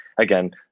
Again